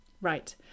Right